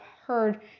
heard